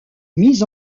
mis